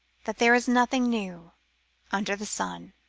that there is nothing new under the sun.